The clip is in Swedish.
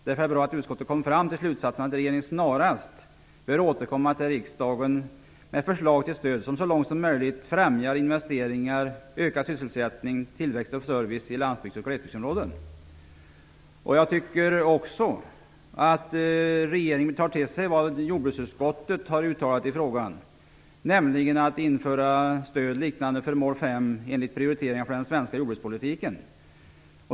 Därför är det bra att utskottet dragit slutsatsen att regeringen snarast bör återkomma till riksdagen med förslag till stöd som så långt som möjligt främjar investeringar samt ökar sysselsättning, tillväxt och service i landsbygds och glesbygdsområden. Vidare tycker jag att regeringen tar till sig vad jordbruksutskottet uttalat i frågan, nämligen detta med att införa stöd liknande för mål 5 enligt prioriteringar för den svenska jordbrukspolitiken.